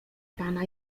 pana